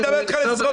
מה טעות?